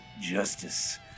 Justice